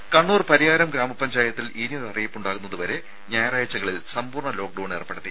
രുമ കണ്ണൂർ പരിയാരം ഗ്രാമപഞ്ചായത്തിൽ ഇനിയൊരു അറിയിപ്പ് ഉണ്ടാകുന്നതുവരെ ഞായറാഴ്ചകളിൽ സമ്പൂർണ്ണ ലോക്ഡൌൺ ഏർപ്പെടുത്തി